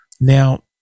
Now